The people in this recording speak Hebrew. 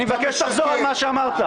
אני מבקש שתחזור על מה שאמרת.